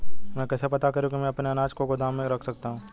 मैं कैसे पता करूँ कि मैं अपने अनाज को गोदाम में रख सकता हूँ?